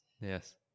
Yes